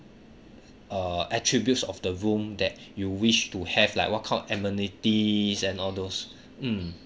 err attributes of the room that you wish to have like what kind of amenities and all those mm